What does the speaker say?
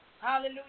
Hallelujah